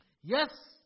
Yes